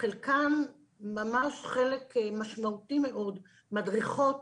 חלקן - ממש חלק משמעותי מאוד מהן מדריכות